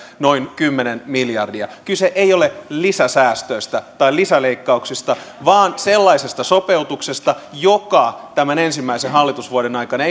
noin kymmenen miljardia kyse ei ole lisäsäästöistä tai lisäleikkauksista vaan sellaisesta sopeutuksesta joka tämän ensimmäisen hallitusvuoden aikana